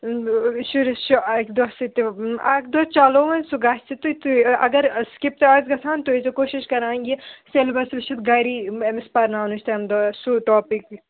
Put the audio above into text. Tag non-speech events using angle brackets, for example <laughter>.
شُرِس چھِ اَکہِ دۄہ سۭتۍ تہِ اَکہِ دۄہ چلو وۄنۍ سُہ گژھِ تہٕ <unintelligible> اگر سِکِپ تہِ آسہِ گژھان تُہۍ ٲسۍزیو کوٗشِش کران یہِ سیٚلبَس وٕچھِتھ گَری أمِس پرناونٕچ تَمہِ دۄہ سُہ ٹاپِک